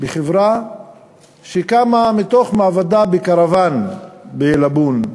בחברה שקמה מתוך מעבדה בקרוון בעילבון,